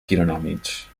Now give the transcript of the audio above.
quironòmids